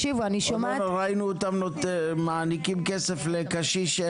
עוד לא ראינו אותם מעניקים כסף לקשיש שאין לו פנסיה.